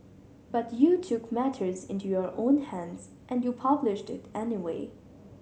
but you took matters into your own hands and you published it anyway